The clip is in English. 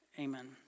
Amen